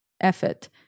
effort